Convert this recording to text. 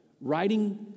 writing